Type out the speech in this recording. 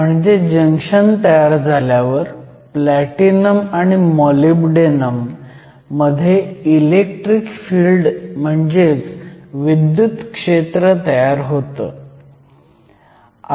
म्हणजे जंक्शन तयार झाल्यावर प्लॅटिनम आणि मॉलिब्डेनम मध्ये इलेक्ट्रिक फिल्ड म्हणजेच विद्युत क्षेत्र तयार होतं